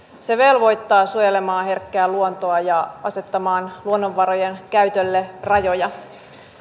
se velvoittaa suojelemaan herkkää luontoa ja asettamaan luonnonvarojen käytölle rajoja